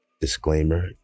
Disclaimer